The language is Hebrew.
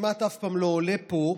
עולה פה,